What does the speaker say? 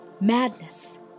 Madness